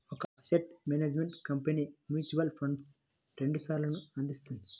ఒక asset management company mutual ఫండ్స్లో రెండు ప్లాన్లను అందిస్తుంది